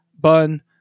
bun